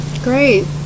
Great